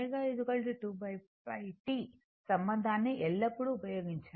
ఈ ω 2πT సంబంధాన్ని ఎల్లప్పుడూ ఉపయోగించండి